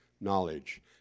knowledge